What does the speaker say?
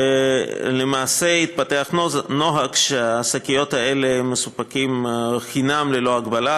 למעשה התפתח נוהג שהשקיות האלה מסופקות חינם ללא הגבלה.